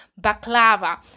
baklava